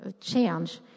change